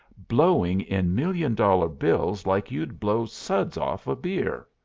blowing in million-dollar bills like you'd blow suds off a beer.